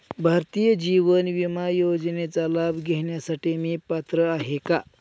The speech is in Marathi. भारतीय जीवन विमा योजनेचा लाभ घेण्यासाठी मी पात्र आहे का?